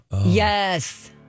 Yes